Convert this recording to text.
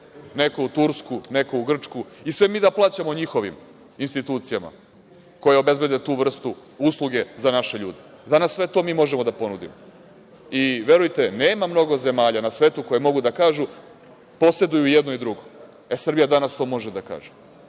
neku Tursku, Grčku i sve mi plaćamo njihovim institucijama koje obezbede tu vrstu usluge za naše ljude. Danas mi sve to možemo da ponudimo i verujte, nema mnogo zemalja na svetu koje mogu da kažu da poseduju i jedno i drugo. Srbija to danas može da kaže. Da